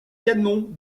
canons